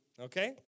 Okay